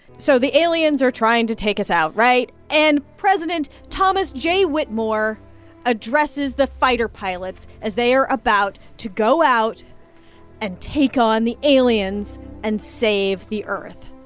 so the aliens are trying to take us out, right? and president thomas j. whitmore addresses the fighter pilots as they are about to go out and take on the aliens and save the earth